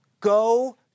go